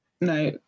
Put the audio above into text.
no